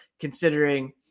considering